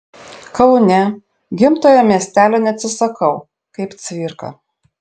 kaune gimtojo miestelio neatsisakau kaip cvirka